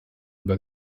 über